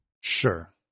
Sure